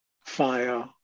fire